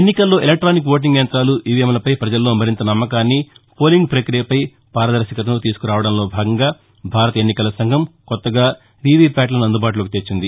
ఎన్నికల్లో electronic voting యంతాలు ఈవీఎమ్లపై ప్రజల్లో మరింత నమ్మకాన్ని పోలింగ్ ప్రప్రియపై పారదర్శకతను తీసుకురావడంలో భాగంగా భారత ఎన్నికల సంఘం కొత్తగా వీవీ ప్యాట్లను అందుబాటులోకి తెచ్చింది